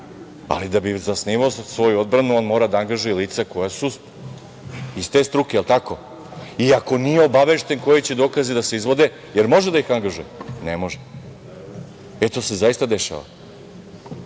ali da bi zasnivao svoju odbranu on mora da angažuje lica koja su iz te struke, jel tako, i ako nije obavešten koji će dokazi da se izvodi može li da ih angažuje? Ne može. E, to se zaista dešava.